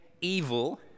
evil